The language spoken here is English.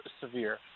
severe